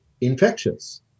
infectious